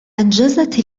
أنجزت